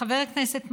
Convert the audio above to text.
חבר הכנסת מרגי,